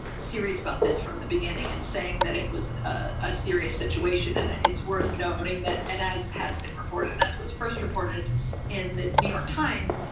serious about this from the beginning and saying that it was a serious situation, and ah it's worth noting that and as has been reported, and as was first reported in the new york times,